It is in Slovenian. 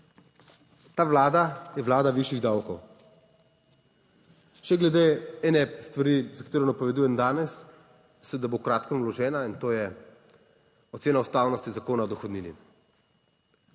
ta Vlada je Vlada višjih davkov. Še glede ene stvari, za katero napovedujem danes, da bo v kratkem vložena in to je ocena ustavnosti Zakona o dohodnini.